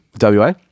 WA